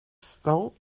cent